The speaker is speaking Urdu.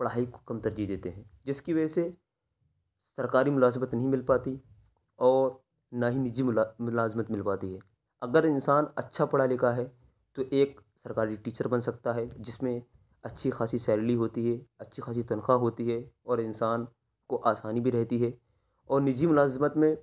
پڑھائی کو کم ترجیح دیتے ہیں جس کی وجہ سے سرکاری ملازمت نہیں مل پاتی اور نہ ہی نجی ملازمت مل پاتی ہے اگر انسان اچھا پڑھا لکھا ہے تو ایک سرکاری ٹیچر بن سکتا ہے جس میں اچھی خاصی سیلری ہوتی ہے اچھی خاصی تنخواہ ہوتی ہے اور انسان کو آسانی بھی رہتی ہے اور نجی ملازمت میں